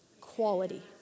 quality